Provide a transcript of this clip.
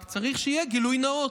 רק צריך שיהיה גילוי נאות.